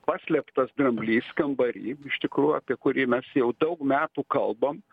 paslėptas dramblys kambary iš tikrųjų apie kurį mes jau daug metų kalbam